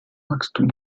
wachstum